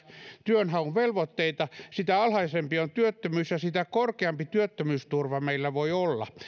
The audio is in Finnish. työnhaun velvoitteita sitä alhaisempi on työttömyys ja sitä korkeampi työttömyysturva meillä voi olla